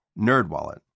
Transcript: NerdWallet